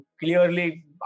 clearly